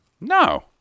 No